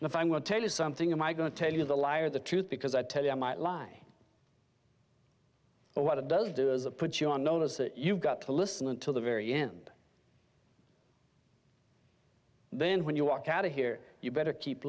and if i'm going to tell you something of my going to tell you the liar the truth because i tell you i might lie or what it does do is a put you on notice that you've got to listen until the very end then when you walk out of here you better keep